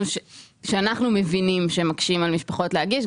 שאנחנו מבינים שמקשים על משפחות להגיש,